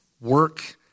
work